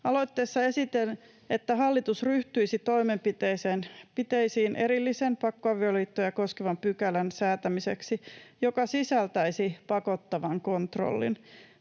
Aloitteessa esitän, että hallitus ryhtyisi toimenpiteisiin erillisen pakkoavioliittoja koskevan pykälän säätämiseksi, joka sisältäisi pakottavan kontrollin.